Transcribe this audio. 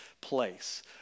place